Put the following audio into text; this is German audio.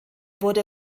wurde